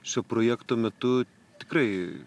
šio projekto metu tikrai